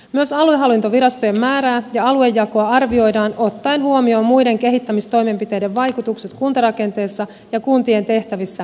myös aluehallintovirastojen määrää ja aluejakoa arvioidaan ottaen huomioon muiden kehittämistoimenpiteiden vaikutukset ja kuntarakenteessa ja kuntien tehtävissä